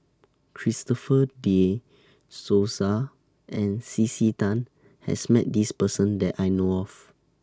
Christopher De Souza and C C Tan has Met This Person that I know of